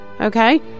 okay